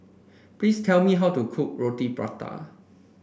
please tell me how to cook Roti Prata